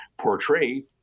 portray